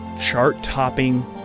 chart-topping